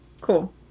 Cool